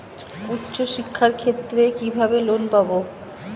উচ্চশিক্ষার ক্ষেত্রে কিভাবে লোন পাব?